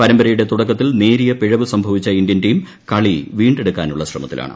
പരമ്പരയുടെ തുടക്കത്തിൽ നേരിയ പിഴവ് സംഭവിച്ച ഇന്ത്യൻ ടീം കളി വീണ്ടെടുക്കാനുള്ള ശ്രമത്തിലാണ്